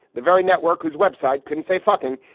the very network whose web site couldn't say fucking,